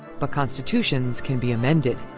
but constitutions can be amended,